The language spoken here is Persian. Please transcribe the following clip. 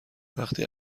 وقتی